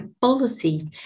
policy